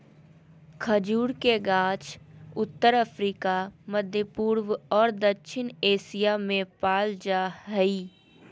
खजूर के गाछ उत्तर अफ्रिका, मध्यपूर्व और दक्षिण एशिया में पाल जा हइ